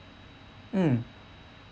mm